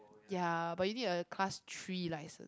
ya but you need a class three licence